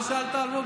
מה שאלת, אלמוג?